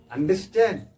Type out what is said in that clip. Understand